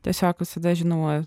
tiesiog visada žinau